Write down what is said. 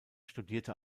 studierte